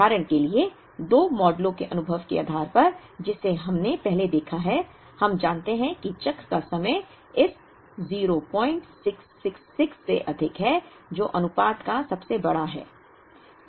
उदाहरण के लिए दो मॉडलों के अनुभव के आधार पर जिसे हमने पहले देखा है हम जानते हैं कि चक्र का समय इस 0666 से अधिक है जो अनुपात का सबसे बड़ा है